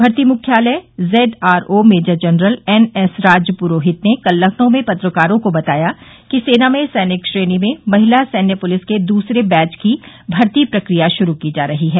भर्ती मुख्यालय ZRO major general एनएसराजपुरोहित ने कल लखनऊ में पत्रकारों को बताया कि सेना में सैनिक श्रेणी में महिला सैन्य पुलिस के दूसरे बैच की भर्ती प्रक्रिया शुरू की जा रही है